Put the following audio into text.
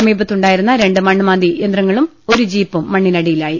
സമീപത്തുണ്ടായിരുന്ന രണ്ട് മണ്ണ് മാന്തി യന്ത്രങ്ങളും ഒരു ജീപ്പും മണ്ണിനടിയിലായി